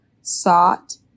sought